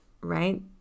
right